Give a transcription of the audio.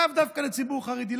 לאו דווקא לציבור חרדי,